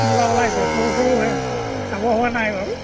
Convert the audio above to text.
মূলা ওলাইছে সৰু সৰু হৈ আছে খাব হোৱা নাই বাৰু